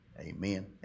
amen